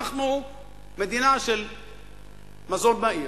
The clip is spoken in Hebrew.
אנחנו מדינה של מזון מהיר,